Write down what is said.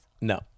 No